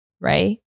right